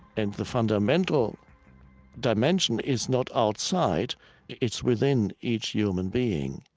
and the fundamental dimension is not outside it's within each human being.